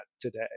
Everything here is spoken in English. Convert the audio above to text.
today